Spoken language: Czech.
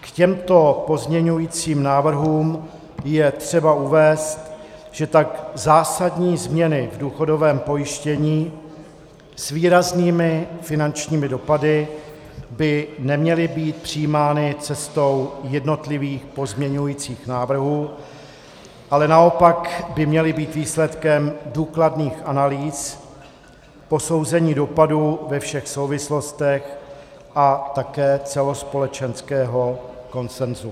K těmto pozměňovacím návrhům je třeba uvést, že tak zásadní změny v důchodovém pojištění s výraznými finančními dopady by neměly být přijímány cestou jednotlivých pozměňovacích návrhů, ale naopak by měly být výsledkem důkladných analýz, posouzení dopadu ve všech souvislostech a také celospolečenského konsenzu.